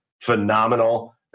phenomenal